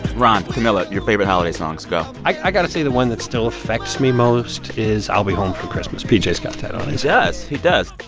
ron, camila, your favorite holiday songs. go i got to say the one that still affects me most is i'll be home for christmas. pj's got that on his. he does. he does.